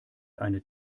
eine